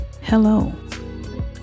hello